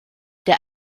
der